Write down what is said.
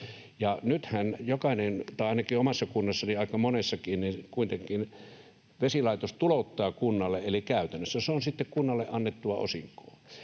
Nythän jokainen — tai ainakin omassa kunnassani ja aika monessakin — vesilaitos kuitenkin tulouttaa kunnalle, eli käytännössä se on sitten kunnalle annettua osinkoa.